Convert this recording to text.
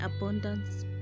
abundance